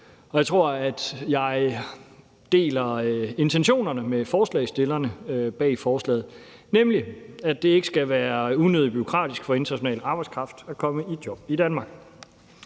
jeg deler intentionerne med forslagsstillerne bag forslaget, nemlig at det ikke skal være unødig bureaukratisk for internationale medarbejdere at komme i job i Danmark.